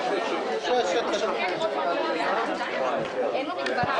הישיבה ננעלה בשעה 17:04.